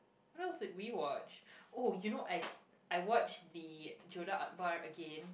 what else did you watch oh you know I I watched the Jodar-ArkBar again